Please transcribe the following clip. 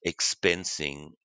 expensing